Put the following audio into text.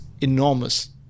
enormous